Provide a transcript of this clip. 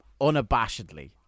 unabashedly